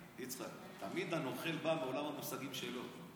יצחק: תמיד הנוכל בא מעולם המושגים שלו.